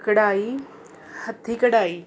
ਕਢਾਈ ਹੱਥੀਂ ਕਢਾਈ